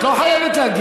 את לא חייבת להגיב לה.